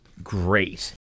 great